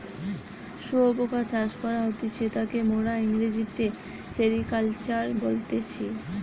শুয়োপোকা চাষ করা হতিছে তাকে মোরা ইংরেজিতে সেরিকালচার বলতেছি